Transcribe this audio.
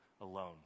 alone